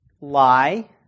lie